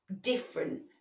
different